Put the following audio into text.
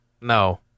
No